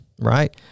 right